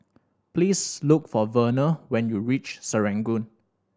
please look for Werner when you reach Serangoon